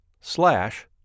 slash